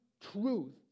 truth